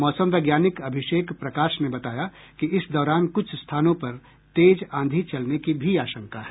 मौसम वैज्ञानिक अभिषेक प्रकाश ने बताया कि इस दौरान कुछ स्थानों पर तेज आंधी चलने की भी आशंका है